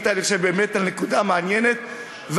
עלית על נקודה מעניינת,